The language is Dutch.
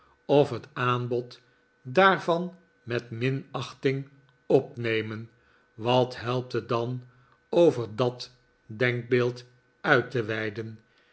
of het aanbod daarvan met minachting opnemen wat helpt het dan over dat denkbeeld uit te weiden